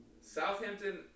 Southampton